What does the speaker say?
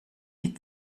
die